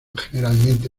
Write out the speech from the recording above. generalmente